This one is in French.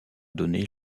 donné